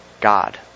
God